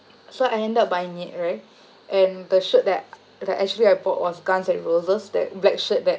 so I ended up buying it right and the shirt that that I actually I bought was guns and roses that black shirt that